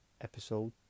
Episode